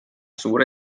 suure